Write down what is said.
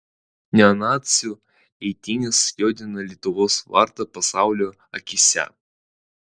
neonacių eitynės juodina lietuvos vardą pasaulio akyse